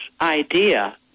idea